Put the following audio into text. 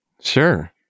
Sure